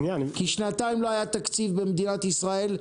כי שנתיים לא היה תקציב במדינת ישראל,